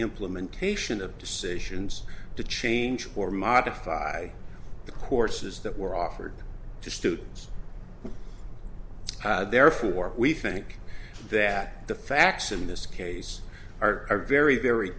implementation of decisions to change or modify the courses that were offered to students therefore we think that the facts in this case are very very